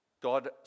God